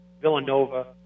Villanova